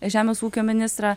žemės ūkio ministrą